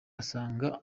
usanga